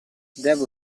devo